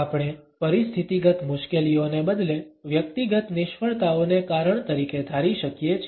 આપણે પરિસ્થિતિગત મુશ્કેલીઓને બદલે વ્યક્તિગત નિષ્ફળતાઓને કારણ તરીકે ધારી શકીએ છીએ